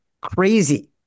crazy